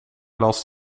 last